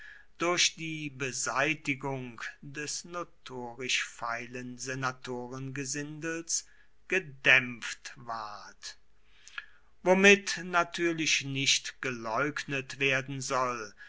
durch die beseitigung des notorisch feilen senatorengesindels gedämpft ward womit natürlich nicht geleugnet werden soll